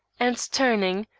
and turning,